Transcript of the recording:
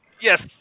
Yes